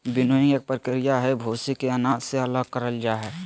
winnowing एक प्रक्रिया हई, भूसी के अनाज से अलग करल जा हई